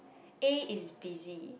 A is busy